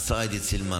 השרה עידית סילמן,